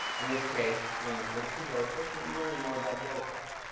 in this case, i'm looking at some jellyfish, and i'm learning more about jellyfish.